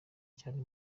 cyane